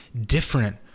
different